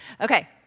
Okay